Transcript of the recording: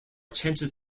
chances